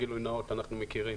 גילוי נאות, אנחנו מכירים